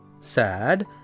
Sad